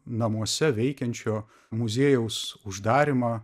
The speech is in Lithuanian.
namuose veikiančio muziejaus uždarymą